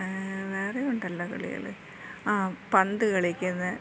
വേറെ ഉണ്ടല്ലോ കളികൾ ആ പന്ത് കളിക്കുന്നത്